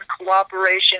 cooperation